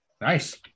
Nice